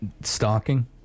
stalking